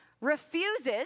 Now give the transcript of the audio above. refuses